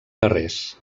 darrers